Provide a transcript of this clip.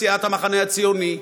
בסיעת המחנה הציוני,